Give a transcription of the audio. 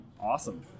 awesome